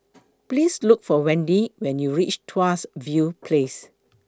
Please Look For Wendy when YOU REACH Tuas View Place